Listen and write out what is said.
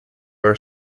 are